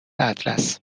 اطلس